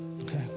Okay